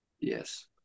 yes